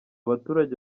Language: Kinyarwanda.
baturage